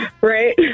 right